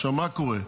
עכשיו מה קורה?